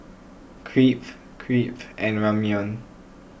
Crepe Crepe and Ramyeon